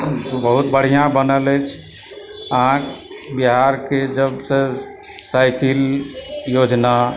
बहुत बढ़िआँ बनल अछि आ बिहारके जबसे साइकिल योजना